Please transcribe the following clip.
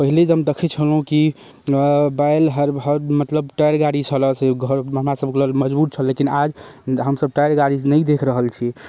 पहिले जे हम देखैत छलहुँ की बैल हर हर मतलब टाअर गाड़ी छलै से घर हमरा सबकेँ लग मजबूर छल लेकिन आब हमसब टाअर गाड़ी नहि देखि रहल छी